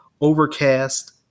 Overcast